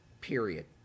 period